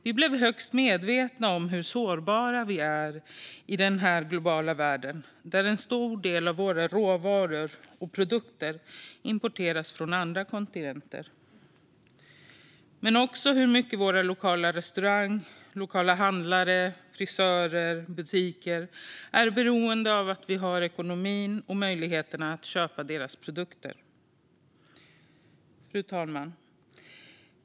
Vi har blivit högst medvetna om hur sårbara vi är i den globala världen, där en stor del av våra råvaror och produkter importeras från andra kontinenter, men också om hur mycket våra lokala restauranger, handlare, frisörer och butiker är beroende av att vi har ekonomi och möjligheter att köpa deras produkter. Fru talman!